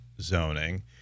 zoning